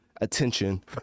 attention